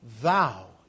Thou